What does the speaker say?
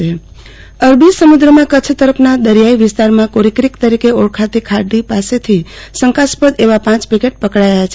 આરતી ભદ્દ કોરીક્રીક શંકાસ્પદ બોટ અરબી સમુદ્રમાં કચ્છ તરફના દરિયાઈ વિસ્તારમાં કોરીક્રીક તરીકે ઓળખાતી ખાડી પાસેથી શંકાસ્પદ એવા પાંચ પેકેટ પકડાયા છે